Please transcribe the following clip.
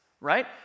right